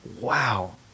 wow